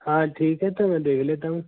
हाँ ठीक है तो मैं देख लेता हूँ